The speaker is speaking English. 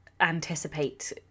anticipate